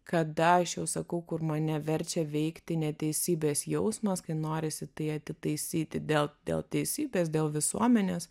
kada aš jau sakau kur mane verčia veikti neteisybės jausmas kai norisi tai atitaisyti dėl dėl teisybės dėl visuomenės